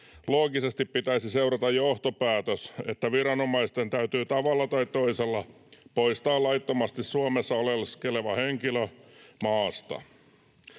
loogisesti pitäisi seurata johtopäätös, että viranomaisten täytyy tavalla tai toisella poistaa laittomasti Suomessa oleskeleva henkilö maasta.